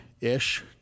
ish